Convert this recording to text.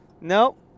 Nope